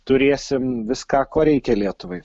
turėsim viską ko reikia lietuvai